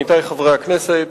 עמיתי חברי הכנסת,